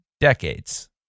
decades